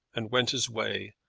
and went his way,